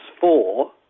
four